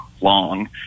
long